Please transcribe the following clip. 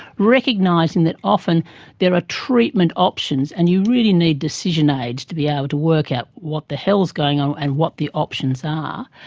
recognising that often there are treatment options and you really need decision aids to be able to work out what the hell is going on and what the options are.